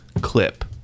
clip